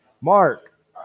mark